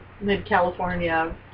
Mid-California